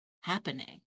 happening